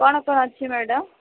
କ'ଣ କ'ଣ ଅଛି ମ୍ୟାଡମ